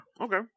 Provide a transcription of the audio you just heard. Okay